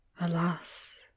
Alas